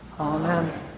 amen